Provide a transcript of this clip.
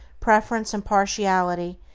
preference, and partiality,